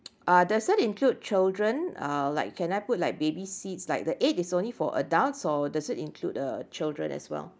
ah that's one include children uh like can I put like baby seats like the eight is only for adults or does it include the children as well